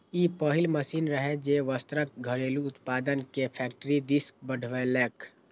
ई पहिल मशीन रहै, जे वस्त्रक घरेलू उत्पादन कें फैक्टरी दिस बढ़ेलकै